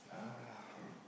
uh